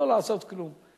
לא לעשות כלום.